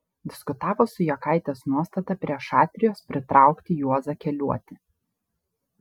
diskutavo su jakaitės nuostata prie šatrijos pritraukti juozą keliuotį